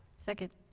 second